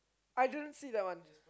I didn't see that one